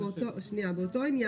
-- באותו שנייה באותו עניין.